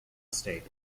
state